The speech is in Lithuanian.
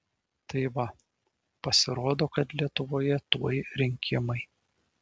tai va pasirodo kad lietuvoje tuoj rinkimai